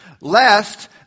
lest